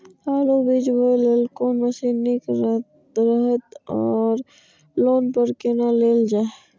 आलु बीज बोय लेल कोन मशीन निक रहैत ओर लोन पर केना लेल जाय?